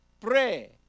Pray